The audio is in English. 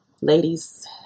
Ladies